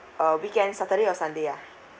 uh weekend saturday or sunday ah